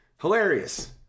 Hilarious